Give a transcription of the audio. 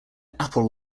apple